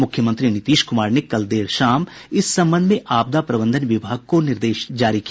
मुख्यमंत्री नीतीश कुमार ने कल देर शाम इस संबंध में आपदा प्रबंधन विभाग को निर्देश जारी किया